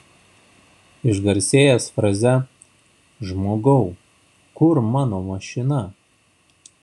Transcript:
išgarsėjęs fraze žmogau kur mano mašina